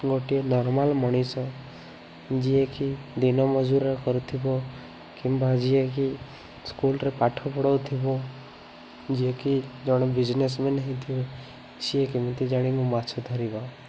ଗୋଟିଏ ନର୍ମାଲ୍ ମଣିଷ ଯିଏ କି ଦିନ ମଜୁରୀରେ କରୁଥିବ କିମ୍ବା ଯିଏ କି ସ୍କୁଲ୍ରେ ପାଠ ପଢ଼ଉଥିବ ଯିଏ କି ଜଣେ ବିଜନେସମେନ୍ ହେଇଥିବ ସିଏ କେମିତି ଜାଣିବ ମାଛ ଧରିବା